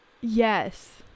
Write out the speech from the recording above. Yes